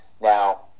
Now